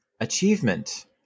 Achievement